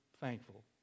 thankful